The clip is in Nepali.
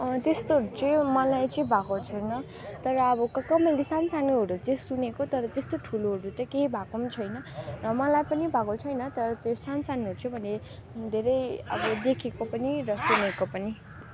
त्यस्तो चाहिँ मलाई चाहिँ भएको छैन तर अब कहाँ कहाँ मैले सानो सानोहरू चाहिँ सुनेको तर त्यस्तो ठुलोहरू त केही भएको पनि छैन र मलाई पनि भएको छैन तर त्यो सानो सानोहरू चाहिँ मैले धेरै देखेको पनि र सुनेको पनि